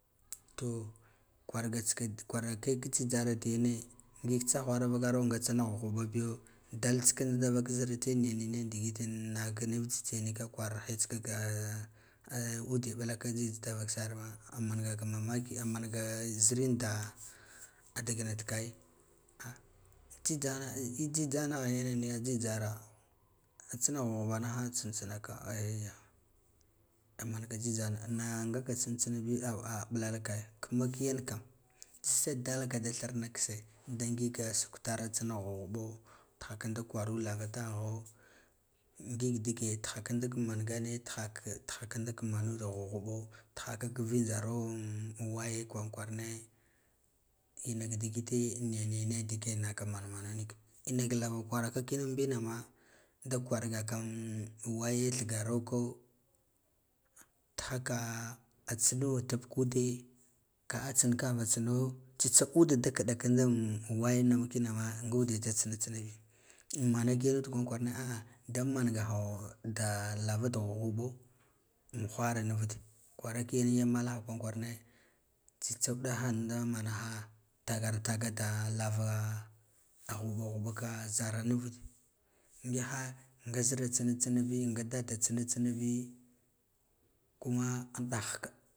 To kwarga tsin kwarake jhijhar diyene ngig tsaghwara vakaro nga tsina ghuɓo ghuɓa biyo dal tsikin da vak sirtin niya niya naka nuv jhijhe nika kwarhe rsika ka ude ɓula kana jhijh da vak sarma ummaga ka mamakr a manga zirin da adigna tika ai a jhijh ana jhijh anah yene jhijhara an tsina ghub naha tsin tsinaka a ya amanga jhi jhana na ngaka tsintsinabi ab ah ɓulalka ai kama kiyan ka tsitsa dalka da thirna kisse da giga saktar tsina gubghuɓo rina kin da kwaro lava dagho ngig dege riha kinda mangane riha kinda manu da ghub ghuba riha ka vinjaro in waya kwan kwarane inaka digite nya niya digge in naka manman a anik inaka lava kwaraka kin mɓi nama kwargakan waye thigaroko tihaka tsino tab kaude ka tsinkava tsino tsa ude da kiɗa kinda waye nuv kinama nga ude da tsina rsinabi am manaki yeno kwaren kwarane ah ah mangaha da lava ghub ghuba wahra nuvud kwara kigan malaha kwaran kwarane tsitsa ud aha nda manaha takar taka da lava ah ghuɓghuba ka zara nuvud ngiha nga zir tsintsinabi nga dada tsintsinabi kuma an da hka.